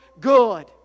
good